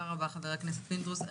תודה רבה, חבר הכנסת פינדרוס.